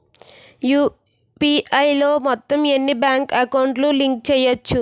UPI లో మొత్తం ఎన్ని బ్యాంక్ అకౌంట్ లు లింక్ చేయచ్చు?